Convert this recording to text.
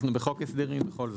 אנחנו בחוק הסדרים בכל זאת.